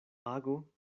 ago